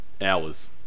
hours